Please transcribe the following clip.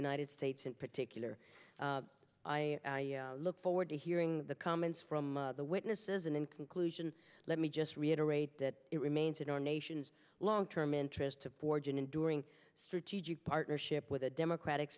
united states in particular i look forward to hearing the comments from the witnesses and in conclusion let me just reiterate that it remains in our nation's long term interest to forge an enduring strategic partnership with a democratic